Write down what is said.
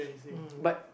uh but